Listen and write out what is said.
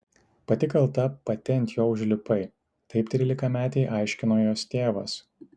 pati kalta pati ant jo užlipai taip trylikametei aiškino jos tėvas